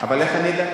אבל איך אני אדע?